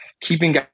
keeping